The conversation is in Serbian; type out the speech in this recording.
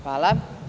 Hvala.